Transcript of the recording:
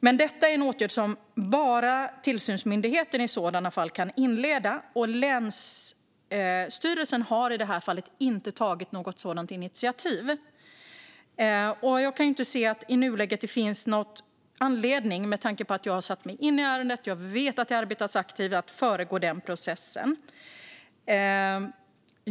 Men detta är en åtgärd som bara tillsynsmyndigheten i sådana fall kan inleda. Länsstyrelsen har i det här fallet inte tagit något sådant initiativ. Jag kan inte se att det i nuläget finns någon anledning, med tanke på att jag har satt mig in i ärendet och vet att det arbetas aktivt, att föregå den processen.